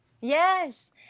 Yes